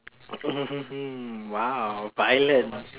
mm hmm hmm !wow! violent